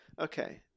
Okay